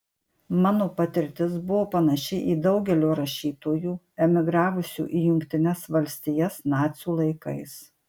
mano patirtis buvo panaši į daugelio rašytojų emigravusių į jungtines valstijas nacių laikais